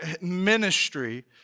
ministry